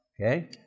okay